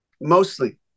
mostly